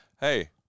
hey